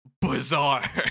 bizarre